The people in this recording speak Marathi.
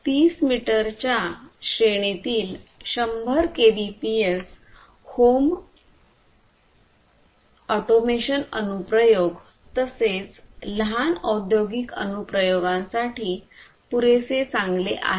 तीस मीटर च्या श्रेणीतील 100 केबीपीएस होम ऑटोमेशन अनुप्रयोग तसेच लहान औद्योगिक अनुप्रयोगांसाठी पुरेसे चांगले आहे